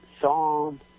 psalm